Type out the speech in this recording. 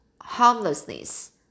harmlessness